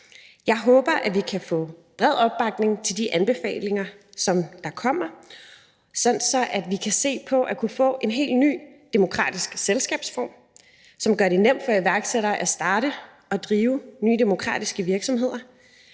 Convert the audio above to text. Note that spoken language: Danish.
Jeg håber, at vi kan få bred opbakning til de anbefalinger, der kommer, sådan at vi kan se, om vi kan få en helt ny demokratisk selskabsform, som gør det nemt for iværksættere at starte og drive nye demokratiske virksomheder,